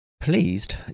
pleased